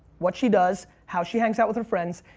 what she does, how she hangs out with her friends,